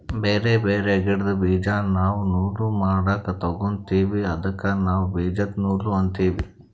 ಬ್ಯಾರೆ ಬ್ಯಾರೆ ಗಿಡ್ದ್ ಬೀಜಾ ನಾವ್ ನೂಲ್ ಮಾಡಕ್ ತೊಗೋತೀವಿ ಅದಕ್ಕ ನಾವ್ ಬೀಜದ ನೂಲ್ ಅಂತೀವಿ